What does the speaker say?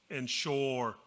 ensure